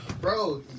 Bro